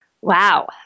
Wow